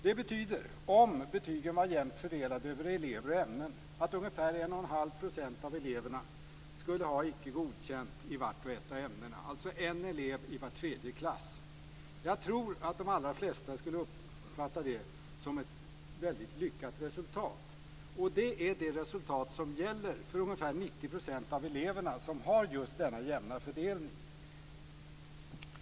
Det betyder, om betygen vore jämnt fördelade över elever och ämnen, att ungefär 11⁄2 % av eleverna skulle ha betyget Icke godkänd i vart och ett av ämnena, alltså en elev i var tredje klass. Jag tror att de allra flesta skulle uppfatta det som ett väldigt lyckat resultat. Och det är detta resultat som gäller för ungefär 90 % av eleverna som har just denna jämna fördelning.